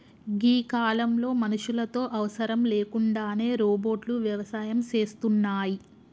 గీ కాలంలో మనుషులతో అవసరం లేకుండానే రోబోట్లు వ్యవసాయం సేస్తున్నాయి